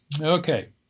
Okay